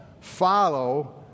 follow